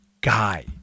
guy